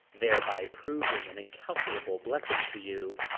thereby proving an incalculable blessing to you.